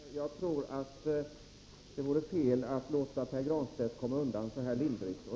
Herr talman! Jag är ledsen, men det vore fel att låta Pär Granstedt komma undan så här lindrigt.